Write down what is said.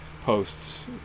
posts